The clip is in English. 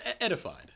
edified